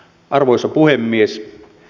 arvoisa puhemies